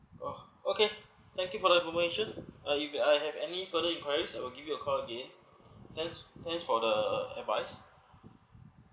uh okay thank you for the information uh if I have any further enquiries I will give you a call again thanks thanks for the advise